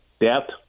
depth